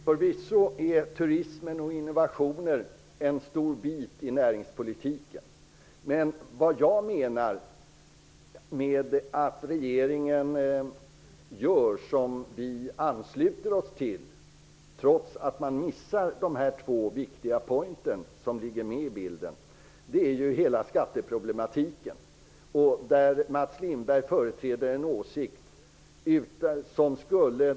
Fru talman! Förvisso är turism och innovationer stora bitar i näringspolitiken. Men just på grund av att regeringen tar upp hela skatteproblematiken ansluter vi oss till regeringens politik, trots att man missar de här två viktiga punkterna, som finns med i bilden. Mats Lindberg företräder socialdemokratin, som vill förhindra det vi vill åstadkomma.